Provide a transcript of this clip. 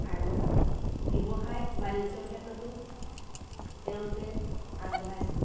আৰু ব্যৱসায় বাণিজ্যৰ ক্ষেত্ৰতো তেওঁলোকে আগবঢ়াইছে